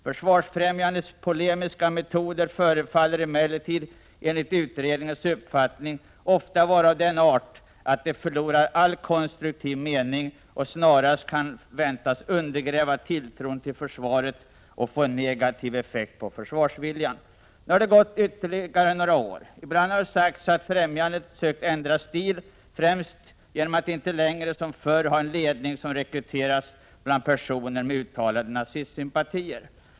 Försvarsfrämjandets polemiska metoder förefaller emellertid enligt utredningens uppfattning ofta vara av den art att de förlorar all konstruktiv mening och snarast kan väntas undergräva tilltron till försvaret och få en negativ effekt på försvarsviljan.” Nu har det gått ytterligare några år. Ibland har det sagts att Försvarsfrämjandet sökt ändra stil, ffrämst genom att inte längre som förr ha en ledning som rekryteras bland personer med uttalade nazistsympatier.